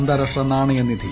അന്താരാഷ്ട്ര നാണയ നിധി